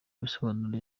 bisobanuro